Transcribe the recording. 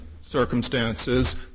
circumstances